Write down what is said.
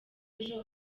ejo